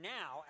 now